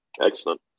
Excellent